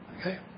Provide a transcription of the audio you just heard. Okay